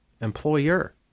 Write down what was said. employer